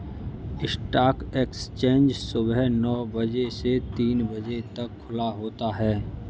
stock exchange सुबह नो बजे से तीन बजे तक खुला होता है